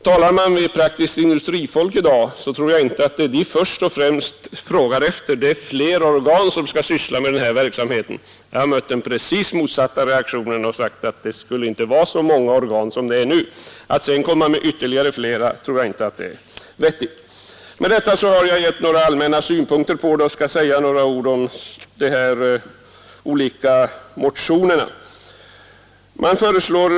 Talar man med praktiskt industrifolk tror jag att man skall finna att de inte i första hand vill ha fler organ för att syssla med denna verksamhet — jag har mött den precis motsatta reaktionen, nämligen att man inte bör ha så många organ som vi nu har. Att föreslå ännu fler tror jag inte är vettigt. Efter dessa allmänna synpunkter skall jag säga några ord om de olika motionerna.